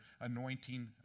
anointing